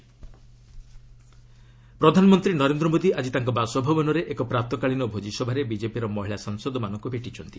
PM women MP ପ୍ରଧାନମନ୍ତ୍ରୀ ନରେନ୍ଦ୍ର ମୋଦି ଆଜି ତାଙ୍କ ବାସଭବନରେ ଏକ ପ୍ରାତଃକାଳୀନ ଭୋଜିସଭାରେ ବିକେପିର ମହିଳା ସାଂସଦମାନଙ୍କୁ ଭେଟିଛନ୍ତି